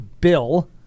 Bill